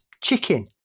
chicken